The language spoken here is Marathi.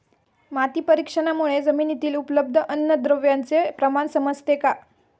माती परीक्षणामुळे जमिनीतील उपलब्ध अन्नद्रव्यांचे प्रमाण समजते का?